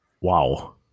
Wow